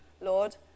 Lord